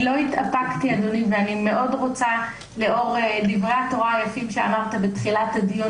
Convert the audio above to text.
לא התאפקתי ואני רוצה לאור דברי התורה היפים שאמרת בתחילת הדיון